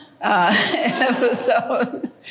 episode